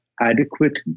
adequate